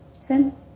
ten